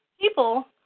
people